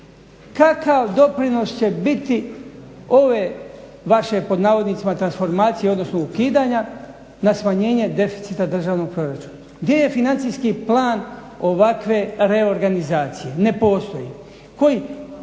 Kakav doprinos će biti ove vaše "transformacije" odnosno ukidanja na smanjenje deficita državnog proračuna? Gdje je financijski plan ovakve reorganizacije? Ne postoji. Možemo